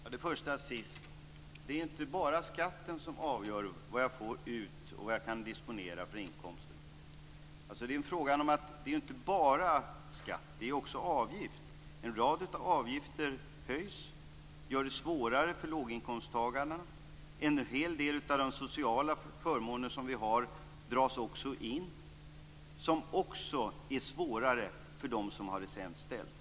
Fru talman! Jag tar det sista först: Det är inte bara skatten som avgör vad jag får ut och vad jag kan disponera av inkomsten. Det är inte bara skatt, utan det är också avgifter. En rad avgifter höjs, vilket gör det svårare för låginkomsttagarna. En hel del av de sociala förmåner som vi har dras också in, vilket också gör det svårare för dem som har det sämst ställt.